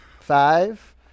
Five